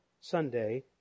Sunday